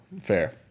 Fair